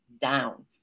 down